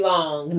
Long